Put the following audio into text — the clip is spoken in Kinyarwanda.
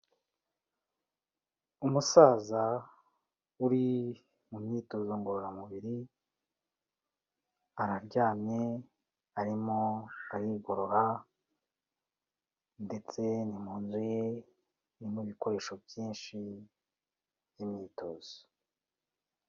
Umusaza uri mu myitozo ngororamubiri, araryamye arimo arigorora ndetse ni mu nzu ye irimo ibikoresho byinshi by'imyitozo.